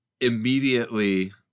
immediately